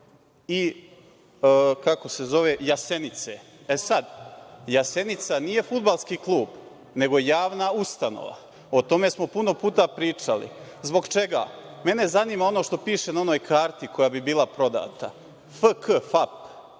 kluba FAP i „Jasenice“. „Jasenica“ nije fudbalski klub, nego javna ustanova. O tome smo puno puta pričali. Zbog čega? Mene zanima ono što piše na onoj karti koja bi bila prodata – FK FAP